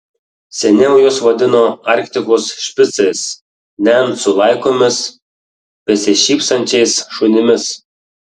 seniau juos vadino arktikos špicais nencų laikomis besišypsančiais šunimis